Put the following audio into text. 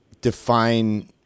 define